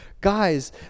guys